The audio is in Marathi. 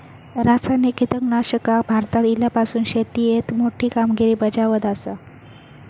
रासायनिक कीटकनाशका भारतात इल्यापासून शेतीएत मोठी कामगिरी बजावत आसा